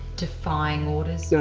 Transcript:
defying orders?